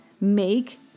make